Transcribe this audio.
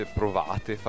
provate